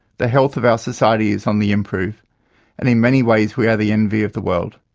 the health of our society is on the improve and in many ways we are the envy of the world.